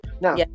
Now